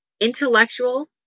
intellectual